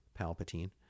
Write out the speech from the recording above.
Palpatine